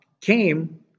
came